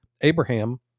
Abraham